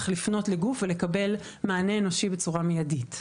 לפנות לגוף ולקבל מענה אנושי בצורה מיידית.